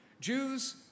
Jews